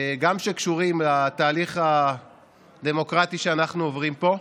שקשורים לתהליך הדמוקרטי שאנחנו עוברים פה,